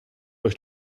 euch